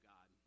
God